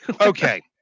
Okay